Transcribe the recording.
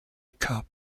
cup